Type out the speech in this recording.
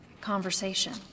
conversation